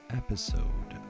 episode